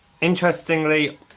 Interestingly